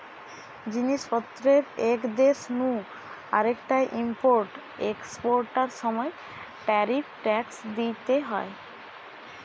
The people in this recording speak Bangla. জিনিস পত্রের এক দেশ নু আরেকটায় ইম্পোর্ট এক্সপোর্টার সময় ট্যারিফ ট্যাক্স দিইতে হয়